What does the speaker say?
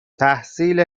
تحصیل